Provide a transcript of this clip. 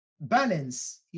balance